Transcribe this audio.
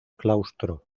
claustro